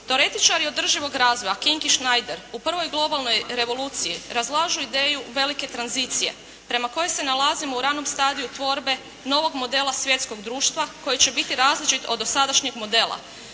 Teoretičari održivog razvoja King i Schneider u prvoj globalnoj revoluciji razlažu ideju velike tranzicije prema kojoj se nalazimo u ranom stadiju tvorbe novog modela svjetskog društva koji će biti različit od dosadašnjeg modela